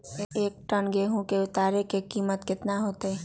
एक टन गेंहू के उतरे के कीमत कितना होतई?